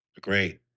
Great